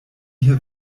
hier